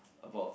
about